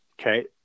Okay